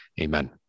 Amen